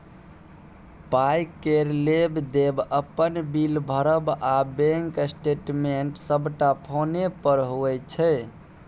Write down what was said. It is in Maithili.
पाइ केर लेब देब, अपन बिल भरब आ बैंक स्टेटमेंट सबटा फोने पर होइ छै